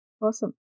Awesome